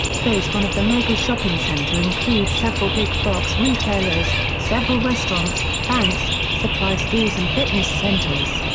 phase one of the mega-shopping center includes several big box retailers, several restaurants, banks, supply stores and fitness centers.